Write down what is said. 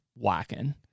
whacking